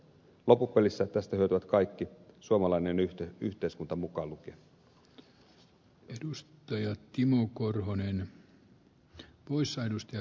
loppupelissä tästä hyötyvät kaikki suomalainen yhteiskunta mukaan lukien